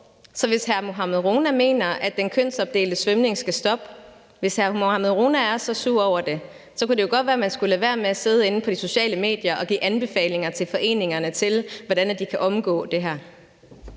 Så hvis hr. Mohammad Rona mener, at den kønsopdelte svømning skal stoppe – hvis hr. Mohammad Rona er så sur over det – så kunne det jo godt være, at man skulle lade være med at sidde inde på de sociale medier og give anbefalinger til foreningerne til, hvordan de kan omgå det her.